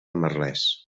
merlès